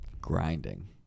Grinding